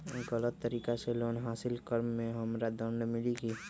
गलत तरीका से लोन हासिल कर्म मे हमरा दंड मिली कि?